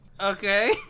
Okay